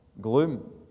gloom